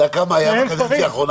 אתה יודע כמה זה היה בקדנציה האחרונה?